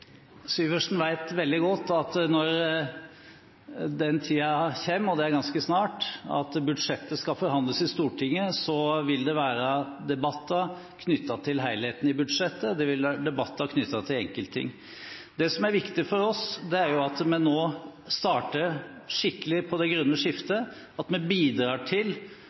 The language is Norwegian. Syversen vet veldig godt at når den tiden kommer – og det er ganske snart – at budsjettet skal forhandles i Stortinget, vil det være debatter knyttet til helheten i budsjettet, og det vil være debatter knyttet til enkeltting. Det som er viktig for oss, er at vi nå starter skikkelig på det grønne skiftet, at vi bidrar til